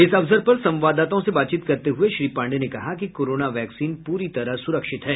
इस अवसर पर संवाददाताओं से बातचीत करते हुए श्री पांडेय ने कहा कि कोरोना वैक्सीन पूरी तरह सुरक्षित है